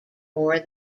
more